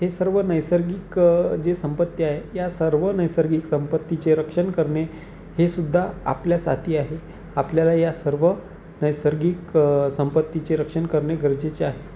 हे सर्व नैसर्गिक जे संपत्त आहे या सर्व नैसर्गिक संपत्तीचे रक्षण करणे हे सुद्धा आपल्याच हाती आहे आपल्याला या सर्व नैसर्गिक संपत्तीचे रक्षण करणे गरजेचे आहे